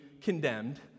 condemned